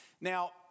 Now